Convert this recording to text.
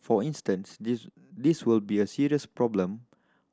for instance this this will be a serious problem